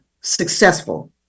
successful